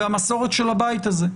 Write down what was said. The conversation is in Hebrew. והמסורת של הבית הזה,